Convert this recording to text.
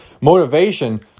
motivation